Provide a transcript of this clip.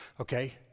Okay